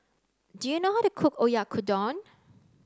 do you know how to cook Oyakodon